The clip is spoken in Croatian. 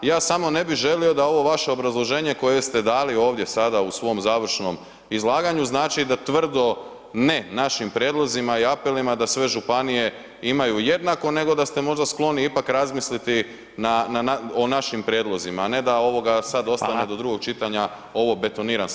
Ja samo ne bi želio da ovo vaše obrazloženje koje ste dali ovdje sada u svom završnom izlaganju znači da tvrdo ne našim prijedlozima i apelima da sve županije imaju jednako nego da ste možda skloni ipak razmisliti o našim prijedlozima, a ne da sad ostane do drugog čitanja [[Upadica Radin: Hvala.]] ovo betoniran stav.